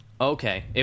Okay